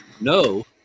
no